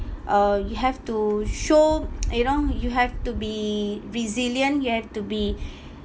uh you have to show you know you have to be resilient you have to be